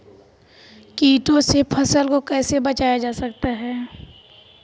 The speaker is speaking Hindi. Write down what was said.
कीटों से फसल को कैसे बचाया जा सकता है?